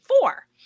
four